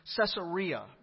Caesarea